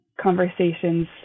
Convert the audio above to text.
conversations